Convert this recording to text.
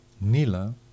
Nila